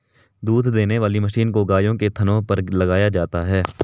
दूध देने वाली मशीन को गायों के थनों पर लगाया जाता है